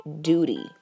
duty